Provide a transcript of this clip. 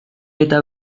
eta